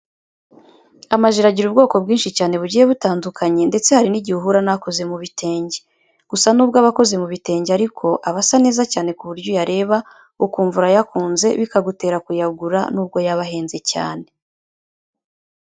Amajire agira ubwoko bwinshi cyane bugiye butandukanye ndetse hari n'igihe uhura n'akoze mu bitenge. Gusa nubwo aba akoze mu bitenge ariko aba asa neza cyane ku buryo uyareba ukumva urayakunze bikagutera kuyagura nubwo yaba ahenze cyane.